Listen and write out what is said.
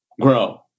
grow